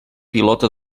pilota